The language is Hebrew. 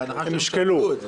הם ישקלו.